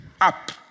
up